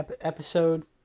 episode